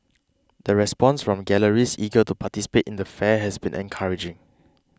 the response from galleries eager to participate in the fair has been encouraging